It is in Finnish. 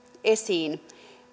esiin